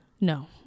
No